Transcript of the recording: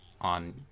on